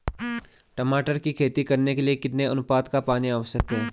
टमाटर की खेती करने के लिए कितने अनुपात का पानी आवश्यक है?